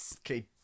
Okay